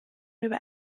über